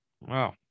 Wow